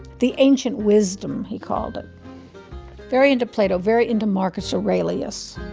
the ancient wisdom, he called it very into plato, very into marcus aurelius